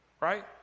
Right